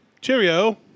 Cheerio